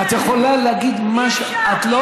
את יכולה להגיד מה שאת,